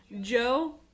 Joe